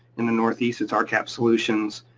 in the northeast, it's ah rcap solutions.